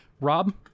Rob